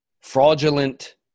fraudulent